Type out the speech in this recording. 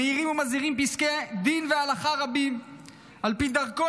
המאירות והמזהירות ופסקי דין והלכה רבים על פי דרכו